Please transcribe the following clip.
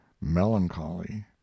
melancholy